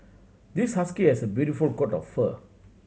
this husky has a beautiful coat of fur